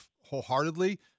wholeheartedly